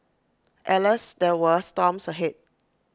alas there were storms ahead